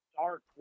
dark